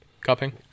Cupping